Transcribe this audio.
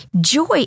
joy